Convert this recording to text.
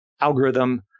algorithm